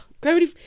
Gravity